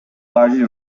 largely